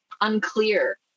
unclear